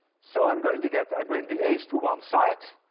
so i'm going to get. i bring the a's to one side.